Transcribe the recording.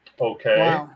Okay